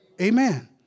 Amen